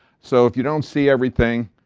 so. if you don't see everything.